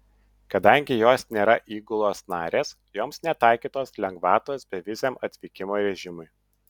kadangi jos nėra įgulos narės joms netaikytos lengvatos beviziam atvykimo režimui